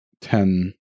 ten